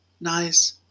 nice